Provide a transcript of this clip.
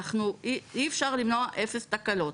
אי אפשר למנוע אפס תקלות,